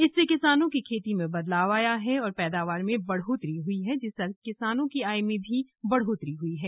इससे किसानों की खेती में बदलाव आया है और पैदावार में बढ़ोतरी हुई है जिससे किसानों की आय भी बढ़ी है